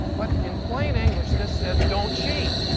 but in plain english, this says don't cheat!